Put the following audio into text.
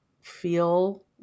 feel